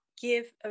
give